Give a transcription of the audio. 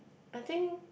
I think